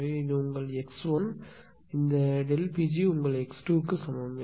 எனவே இது உங்கள் x1 இந்த ΔP g உங்கள் x2 க்கு சமம்